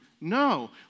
No